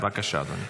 בבקשה, אדוני.